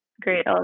great